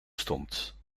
stond